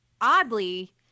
oddly